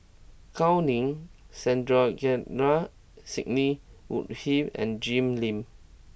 Gao Ning Sandrasegaran Sidney Woodhull and Jim Lim